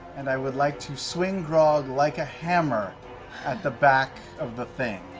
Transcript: and i would like to swing grog like a hammer at the back of the thing.